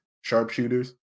sharpshooters